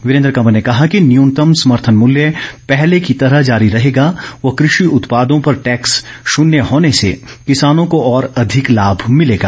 वीरेन्द्र कंवर ने कहा कि न्यूनतम समर्थन मूल्य पहले की तरह जारी रहेगा व कृषि उत्पादों पर टैक्स शुन्य होने से किसानों को और अधिक लाम मिलेगा